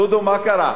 דודו, מה קרה?